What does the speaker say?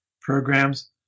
programs